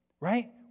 right